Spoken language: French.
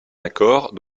accord